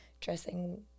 dressing